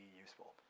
useful